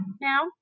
now